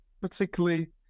particularly